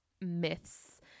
myths